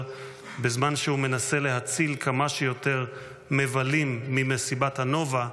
בזמן שהוא מנסה להציל כמה שיותר מבלים ממסיבת הנובה,